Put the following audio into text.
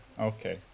Okay